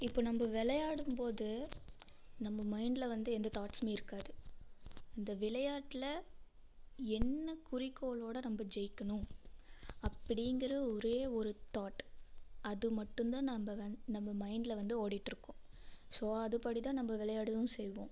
இப்போ நம்ப விளையாடும்போது நம்ம மைண்டில் வந்து எந்த தாட்ஸுமே இருக்காது அந்த விளையாட்டில் என்ன குறிக்கோளோடு நம்ப ஜெயிக்கணும் அப்படிங்கிற ஒரே ஒரு தாட் அது மட்டும் தான் நம்ப வந் நம்ப மைண்டில் வந்து ஓடிட்டிருக்கும் ஸோ அதுபடி தான் நம்ப விளையாடவும் செய்வோம்